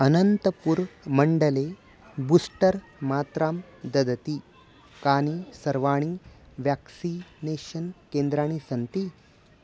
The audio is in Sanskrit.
अनन्तपुर् मण्डले बूस्टर् मात्रां ददति कानि सर्वाणि व्याक्सीनेषन् केन्द्राणि सन्ति